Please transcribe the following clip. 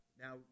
Now